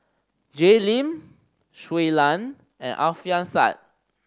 Jay Lim Shui Lan and Alfian Sa'at